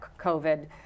COVID